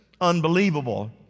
unbelievable